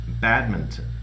badminton